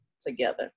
together